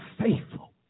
faithful